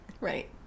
Right